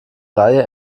reihe